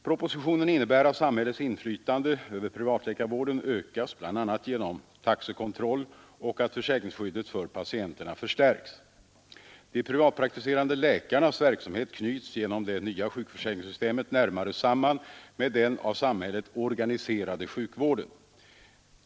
Propositionen innebär att samhällets inflytande över privatläkarvården ökas, bl.a. genom taxekontroll, och att försäkringsskyddet för patienterna förstärks, De privatpraktiserande läkarnas verksamhet knyts genom det nya sjukförsäkringssystemet närmare samman med den av samhället organiserade sjukvården.